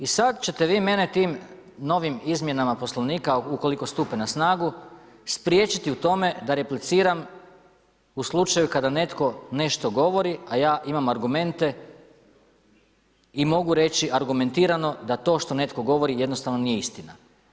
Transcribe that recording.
I sada ćete vi mene tim novim izmjenama Poslovnika ukoliko stupe na snagu spriječiti u tome da repliciram u slučaju kada netko nešto govori, a ja imam argumente i mogu reći argumentirano da to što netko govori jednostavno nije istina.